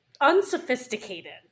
unsophisticated